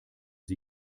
sie